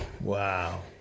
Wow